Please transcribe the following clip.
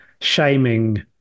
shaming